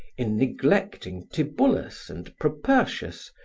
in neglecting tibullus and propertius,